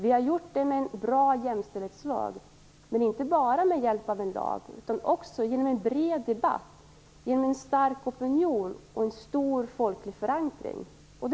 Vi har gjort det med hjälp av en bra jämställdhetslag, men inte bara med hjälp av en lag utan också genom en bred debatt, en stark opinion och en omfattande folklig förankring av frågorna.